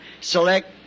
select